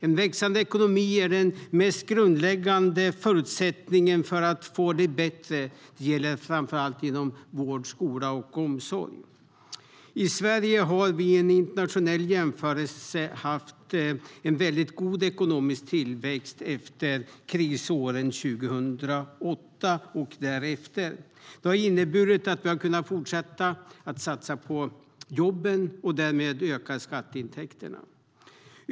En växande ekonomi är den mest grundläggande förutsättningen för att få det bättre framför allt inom vård, skola och omsorg.I Sverige har vi i internationell jämförelse haft en god ekonomisk tillväxt efter krisåren 2008 och därefter. Det har inneburit att vi har kunnat fortsätta att satsa på jobben och därmed öka skatteintäkterna.